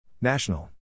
National